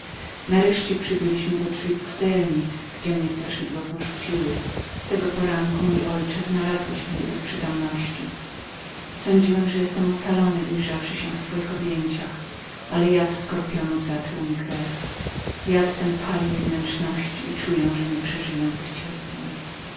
nareszcie przybyliśmy do drzwi pustelni gdzie mnie straszydła porzuciły tego poranku mój ojcze znalazłeś mnie bez przytomności sądziłem że byłem ocalony ujrzawszy się w twoich objęciach ale jad skorpionów zatruł mi krew jad ten pali mi wnętrzności i czuję że nieprzeżyję więcej tych cierpień